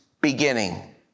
beginning